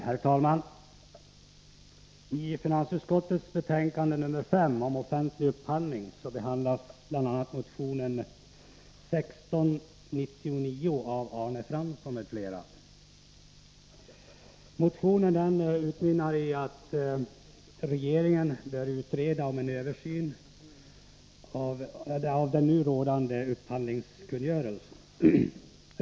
Herr talman! I finansutskottets betänkande nr 5 om offentlig upphandling behandlas bl.a. motion 1982/83:1699 av Arne Fransson m.fl. Motionen utmynnar i att regeringen bör utreda om en översyn av den nu rådande upphandlingskungörelsen.